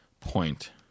point